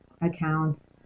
accounts